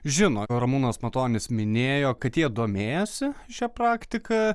žino ramūnas matonis minėjo kad jie domėjosi šia praktika